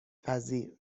پذیر